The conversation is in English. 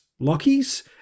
Lockies